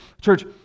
Church